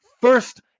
first